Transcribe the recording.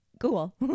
cool